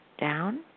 down